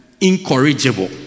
incorrigible